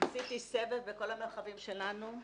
עשיתי סבב בכל המרחבים שלנו.